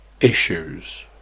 issues